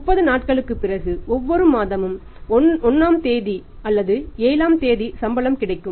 30 நாட்களுக்கு பிறகு ஒவ்வொரு மாதமும் 1 ஆம் தேதி அல்லது 7 ஆம் தேதி சம்பளம் கிடைக்கும்